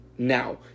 Now